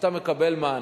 אתה מקבל מענק.